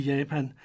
Japan